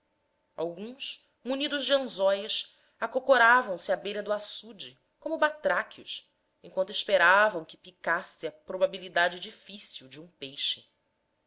alguns munidos de anzóis acocoravam se à beira do açude como batráquios enquanto esperavam que picasse a probabilidade difícil de um peixe